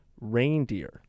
reindeer